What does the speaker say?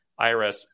IRS